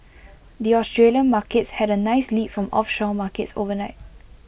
the Australian Markets had A nice lead from offshore markets overnight